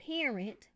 parent